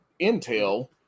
Intel